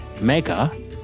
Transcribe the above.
Mega